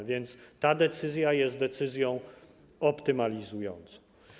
A więc ta decyzja jest decyzją optymalizującą.